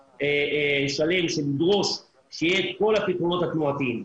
שלם כדי לדרוש שיהיו כל הפתרונות התנועתיים,